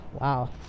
Wow